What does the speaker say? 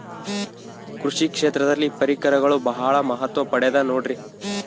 ಕೃಷಿ ಕ್ಷೇತ್ರದಲ್ಲಿ ಪರಿಕರಗಳು ಬಹಳ ಮಹತ್ವ ಪಡೆದ ನೋಡ್ರಿ?